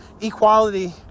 equality